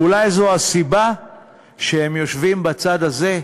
ואולי זו הסיבה שהם יושבים בצד הזה,